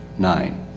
nine.